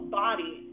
body